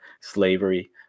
slavery